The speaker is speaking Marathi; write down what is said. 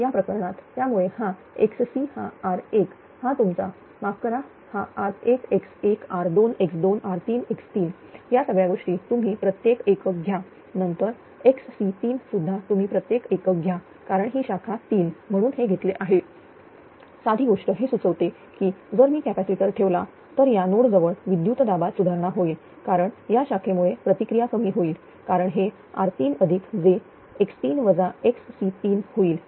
या प्रकरणात त्यामुळे हा xC हा r1 हा तुमचा माफ करा हा r1x1r2x2r3x3 या सगळ्या गोष्टी तुम्ही प्रत्येक एकक घ्या नंतर xC3 सुद्धा तुम्ही प्रत्येक एकक घ्या कारण ही शाखा 3 म्हणून हे घेतले आहे साधी गोष्ट हे सुचवते की जर मी कॅपॅसिटर ठेवला तर या नोड जवळ विद्युत दाबात सुधारणा होईल कारण या शाखे मुळे प्रतिक्रिया कमी होईल कारण हे r3j होईल